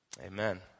amen